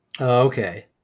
Okay